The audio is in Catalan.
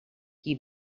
qui